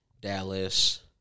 Dallas